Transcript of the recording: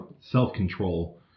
self-control